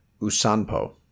Usanpo